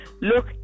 look